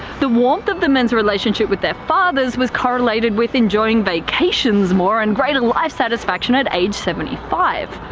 the warmth of the men's relationships with their fathers was correlated with enjoying vacations more and greater life satisfaction at age seventy five.